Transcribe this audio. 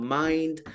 mind